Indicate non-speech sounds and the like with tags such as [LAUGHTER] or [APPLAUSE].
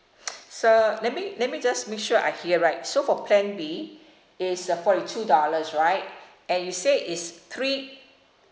[NOISE] so let me let me just make sure I hear right so for plan B it's uh forty two dollars right and you say is three